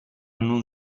non